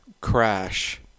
Crash